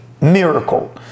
miracle